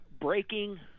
breaking